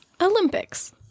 Olympics